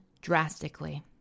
drastically